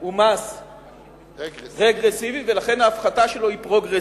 הוא מס רגרסיבי ולכן ההפחתה שלו היא פרוגרסיבית.